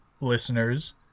listeners